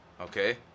Okay